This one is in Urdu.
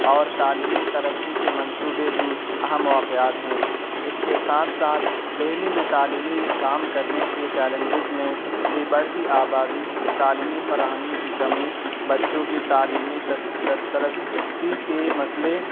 اور تعلیمی ترقی کے منصوبے بھی اہم موقعات ہیں اس کے ساتھ ساتھ دہلی میں تعلمیی کام کرنے کے چیلنجز میں بھی بڑھتی آبادی تعلیمی فراہمی کی کمی بچوں کی تعلیمی دست دسترسی کے مسئلے